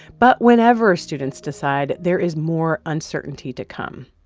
but whenever students decide, there is more uncertainty to come.